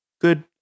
good